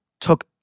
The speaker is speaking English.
took